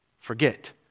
forget